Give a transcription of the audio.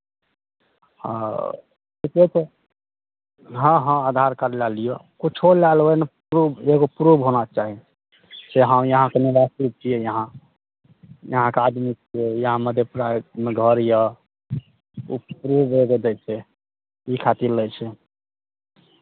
हँऽ ठीके छै हँ हँ आधार कार्ड लए लियौ किछो लए लेबै ने प्रूफ एगो प्रूफ होना चाही से हँ यहाँके निवासी छियै अहाँ यहाँके आदमी छियै यहाँ मधेपुरामे घर यए ओ प्रूफ हो जेतै से ई खातिर लै छै